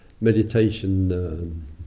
meditation